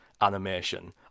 animation